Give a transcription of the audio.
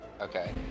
Okay